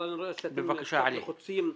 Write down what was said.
אבל אני רואה שאתם קצת לחוצים בזמן.